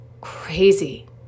crazy